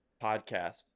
Podcast